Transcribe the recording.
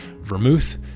vermouth